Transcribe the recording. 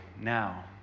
now